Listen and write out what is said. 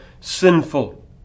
sinful